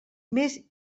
més